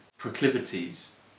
Proclivities